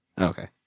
Okay